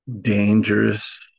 dangerous